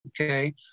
Okay